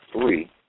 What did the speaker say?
three